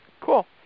Cool